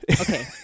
Okay